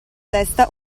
testa